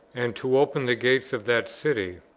and to open the gates of that city,